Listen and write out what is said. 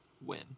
win